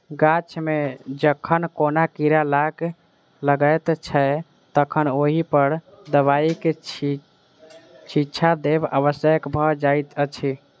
गाछ मे जखन कोनो कीड़ा लाग लगैत छै तखन ओहि पर दबाइक छिच्चा देब आवश्यक भ जाइत अछि